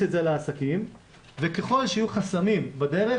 את זה על העסקים וככל שיהיו חסמים בדרך,